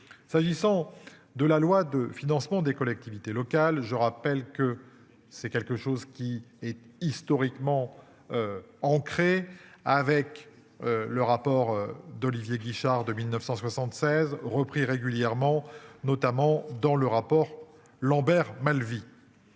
S'agissant de la loi de financement des collectivités locales. Je rappelle que c'est quelque chose qui est historiquement. Ancrée. Avec le rapport d'Olivier Guichard de 1976 repris régulièrement notamment dans le rapport Lambert Malvy.